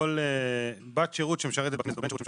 כל בת שירות שמשרתת בכנסת או בן שירות שמשרת